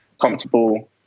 comfortable